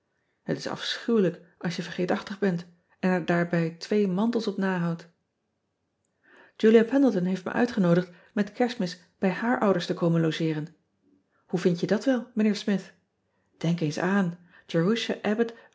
et is afschuwelijk als je vergeetachtig bent en er daarbij twee mantels op nahoudt ulia endleton heeft me uitgenoodigd met erstmis bij haar ouders te komen logeeren oe vindt je dat wel ijnheer mith enk eens aan